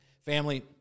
Family